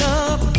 up